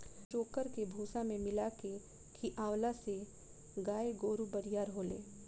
चोकर के भूसा में मिला के खिआवला से गाय गोरु बरियार होले